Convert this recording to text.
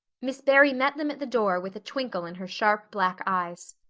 miss barry met them at the door with a twinkle in her sharp black eyes.